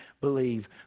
believe